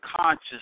conscious